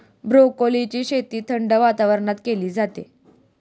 ब्रोकोलीची शेती थंड वातावरणात केली जाते